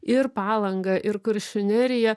ir palangą ir kuršių neriją